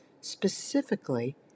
specifically